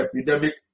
epidemic